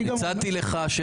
אני רוצה לענות לך.